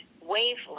wavelength